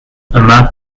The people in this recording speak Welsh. yma